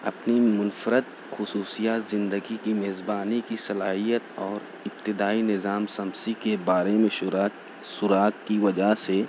اپنی منفرد خصوصیات زندگی کی میزبانی کی صلاحیت اور ابتدائی نظام شمسی کے بارے میں شراکھ سراگ کی وجہ سے